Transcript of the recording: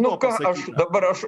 nu ką aš dabar aš